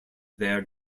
their